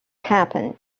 happen